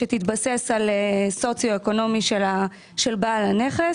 שתתבסס על המצב הסוציו-אקונומי של בעל הנכס.